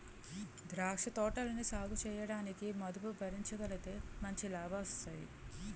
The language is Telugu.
ద్రాక్ష తోటలని సాగుచేయడానికి మదుపు భరించగలిగితే మంచి లాభాలొస్తాయి